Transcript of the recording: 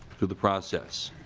through the process.